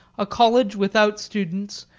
a college without students,